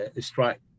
strike